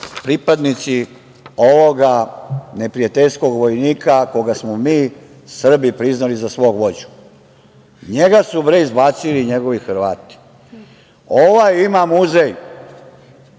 pripadnici ovog neprijateljskog vojnika kog smo mi Srbi priznali za svog vođu. Njega su, bre, izbacili i njegovi Hrvati. Ovaj ima muzej